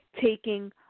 Taking